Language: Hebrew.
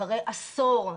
עשור,